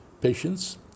patients